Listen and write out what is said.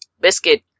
Biscuit